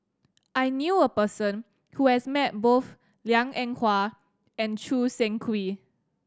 I knew a person who has met both Liang Eng Hwa and Choo Seng Quee